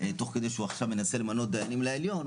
תוך כדי שהוא עכשיו מנסה למנות דיינים לעליון,